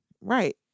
Right